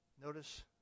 Notice